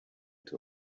too